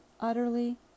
utterly